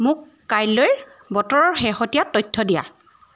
মোক কাইলৈৰ বতৰৰ শেহতীয়া তথ্য দিয়া